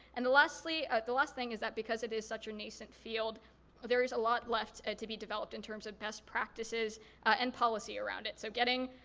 and lastly, the last thing is that because it is such a nascent field there is a lot left ah to be developed in terms of best practices and policy around it. so getting,